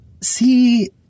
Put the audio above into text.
see